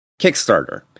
Kickstarter